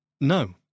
No